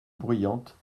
bruyante